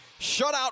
shutout